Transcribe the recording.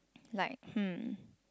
like hmm